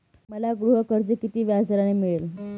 मला गृहकर्ज किती व्याजदराने मिळेल?